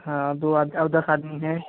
हाँ दो अद और दस आदमी हैं